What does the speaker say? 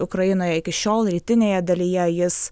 ukrainoje iki šiol rytinėje dalyje jis